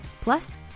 plus